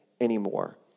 anymore